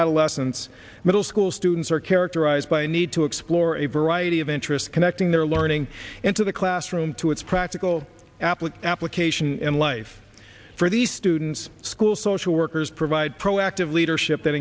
adolescence middle school students are characterized by a need to explore a variety of interests connecting their learning into the classroom to its practical applique application in life for the students school social workers provide proactive